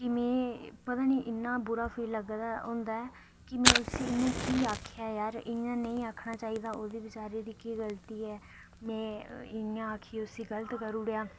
कि में पता नी इन्ना बुरा फील हुंदा ऐ की में उसी इयां की आखेआ यार इयां नी आखना चाहिदा ओह्दी बेचारे दी के गलती ऐ में इयां आक्खियै उसी गलत करू उड़ेया